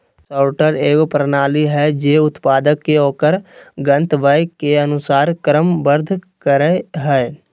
sorter एगो प्रणाली हइ जे उत्पाद के ओकर गंतव्य के अनुसार क्रमबद्ध करय हइ